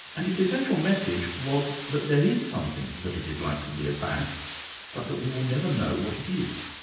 and its essential message was that there is something that it is like to be like a bat but that we will never know what it is.